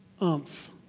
Umph